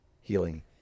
healing